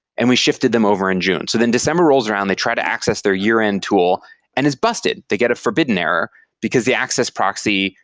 and we shifted them over in june. so then december rolls around, they try to access their yearend tool and it's busted. they get a forbidden error because the access proxy,